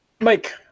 Mike